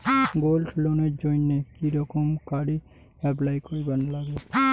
Gold লোনের জইন্যে কি রকম করি অ্যাপ্লাই করিবার লাগে?